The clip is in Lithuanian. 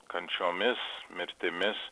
kančiomis mirtimis